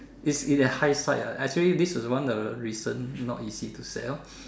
is is a highsight ah actually this is one the reason not easy to sell